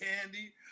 Candy